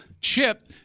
chip